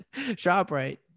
ShopRite